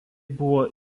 buvo